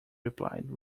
replied